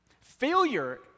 Failure